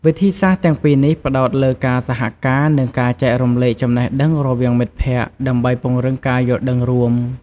វិធីសាស្ត្រទាំងពីរនេះផ្តោតលើការសហការ និងការចែករំលែកចំណេះដឹងរវាងមិត្តភក្តិ ដើម្បីពង្រឹងការយល់ដឹងរួម។